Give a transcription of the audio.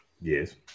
Yes